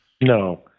No